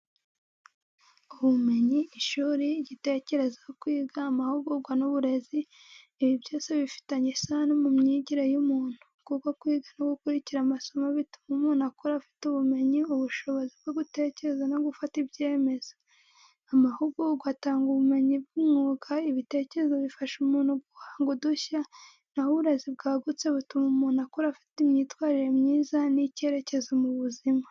Ubumenyi, ishuri, igitekerezo, kwiga, amahugurwa n'uburezi ibi byose bifitanye isano mu myigire y’umuntu, kuko kwiga no gukurikira amasomo bituma umuntu akura afite ubumenyi, ubushobozi bwo gutekereza no gufata ibyemezo. Amahugurwa atanga ubumenyi bw’umwuga, ibitekerezo bifasha mu guhanga udushya, naho uburezi bwagutse butuma umuntu akura afite imyitwarire myiza n’icyerekezo mu buzima.